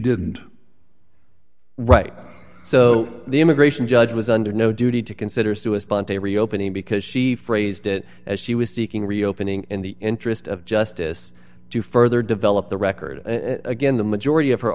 didn't write so the immigration judge was under no duty to consider suicide and to reopen it because she phrased it as she was seeking reopening in the interest of justice to further develop the record again the majority of her